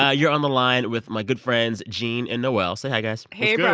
ah you're on the line with my good friends gene and noel. say hi guys hey,